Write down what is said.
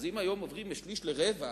אז אם היום עוברים משליש לרבע,